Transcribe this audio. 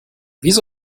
wieso